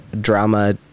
drama